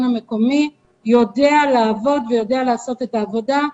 המקומי יודע לעבוד ולעשות את העבודה.